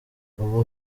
uba